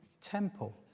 temple